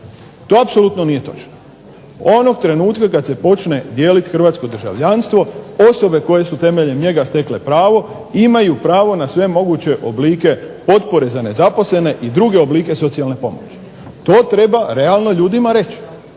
To apsolutno nije točno. Onog trenutka kad se počne dijeliti hrvatsko državljanstvo osobe koje su temeljem njega stekle pravo imaju pravo na sve moguće oblike potpore za nezaposlene i druge oblike socijalne pomoći. To treba realno ljudima reći.